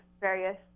various